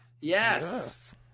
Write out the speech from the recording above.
Yes